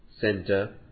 Center